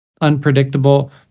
unpredictable